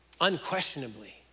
Unquestionably